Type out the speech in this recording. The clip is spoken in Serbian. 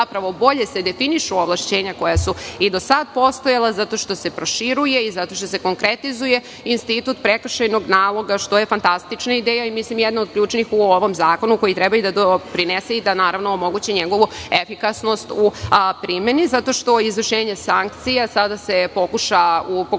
bolje se definišu ovlašćenja koja su i do sada postojala, zato što se proširuje i zato što se konkretizuje institut prekršajnog naloga, što je fantastična ideja i mislim da je jedna od ključnih u ovom zakonu, koji treba da doprinese i omogući njegovu efikasnost u primeni, zato što se izvršenje sankcija sada pokušava ovim